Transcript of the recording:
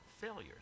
failures